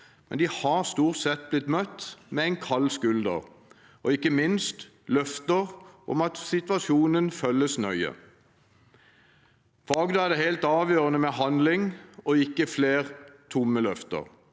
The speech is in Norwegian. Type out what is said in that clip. men de har stort sett blitt møtt med en kald skulder og ikke minst med løfter om at situasjonen følges nøye. For Agder er det helt avgjørende med handling – ikke flere tomme løfter.